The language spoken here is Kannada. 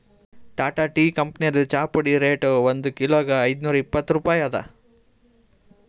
ಟಾಟಾ ಟೀ ಕಂಪನಿದ್ ಚಾಪುಡಿ ರೇಟ್ ಒಂದ್ ಕಿಲೋಗಾ ಐದ್ನೂರಾ ಇಪ್ಪತ್ತ್ ರೂಪಾಯಿ ಅದಾ